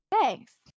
thanks